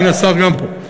הנה השר גם פה,